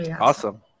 Awesome